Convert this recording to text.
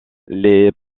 les